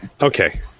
Okay